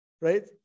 right